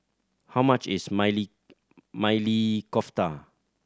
how much is Maili Maili Kofta